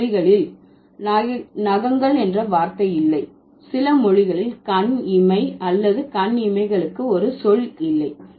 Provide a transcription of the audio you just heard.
சில மொழிகளில் நக்கிள் என்ற வார்த்தை இல்லை சில மொழிகளில் கண் இமை அல்லது கண் இமைகளுக்கு ஒரு சொல் இல்லை